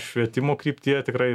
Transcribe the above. švietimo kryptyje tikrai